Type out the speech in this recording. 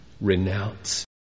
renounce